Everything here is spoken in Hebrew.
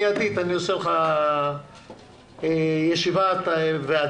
מיידית אני עושה ישיבה והצבעה.